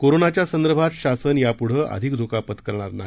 कोरोनाच्यासंदर्भात शासन यापुढे अधिक धोका पत्करणार नाही